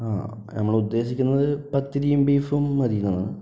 നമ്മളുദ്ദേശിക്കുന്നത് പത്തിരിയും ബീഫും മതിയെന്നാണ്